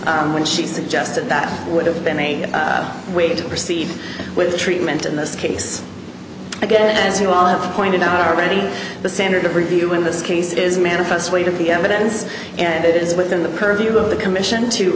when she suggested that would have been a way to proceed with treatment in this case again as you all have pointed out already the standard of review in this case is manifest weight of the evidence and it is within the purview of the commission to